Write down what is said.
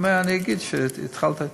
אז הוא אומר: אני אגיד שהתחלת אתי.